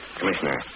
Commissioner